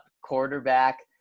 quarterback